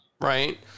right